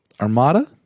Armada